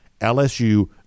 LSU